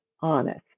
honest